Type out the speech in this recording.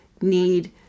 need